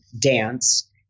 dance